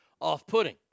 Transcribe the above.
off-putting